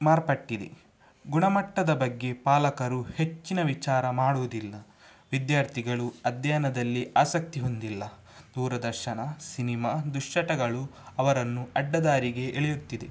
ಮಾರ್ಪಟ್ಟಿದೆ ಗುಣಮಟ್ಟದ ಬಗ್ಗೆ ಪಾಲಕರು ಹೆಚ್ಚಿನ ವಿಚಾರ ಮಾಡುವುದಿಲ್ಲ ವಿದ್ಯಾರ್ಥಿಗಳು ಅಧ್ಯಯನದಲ್ಲಿ ಆಸಕ್ತಿ ಹೊಂದಿಲ್ಲ ದೂರದರ್ಶನ ಸಿನಿಮಾ ದುಶ್ಚಟಗಳು ಅವರನ್ನು ಅಡ್ಡದಾರಿಗೆ ಎಳೆಯುತ್ತಿದೆ